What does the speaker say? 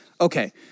Okay